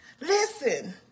Listen